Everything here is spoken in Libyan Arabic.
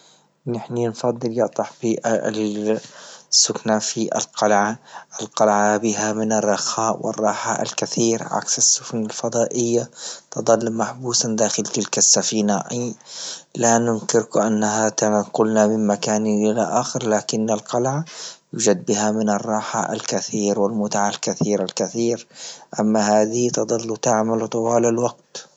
نحن نفضل يا صاحبي السكنة في القلعة، القلعة بها من الرخاء والراحة الكثير عكس السفن الفضائية، تظل محبوس داخل تلك السفينة، لا ننكر انها تنقلنا من مكان إلى أخر.، لكن القلعة يوجد بها من راحة الكثير والمتعة الكثيرة الكثير، أما هذه تضل تعمل طوال الوقت.